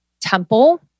temple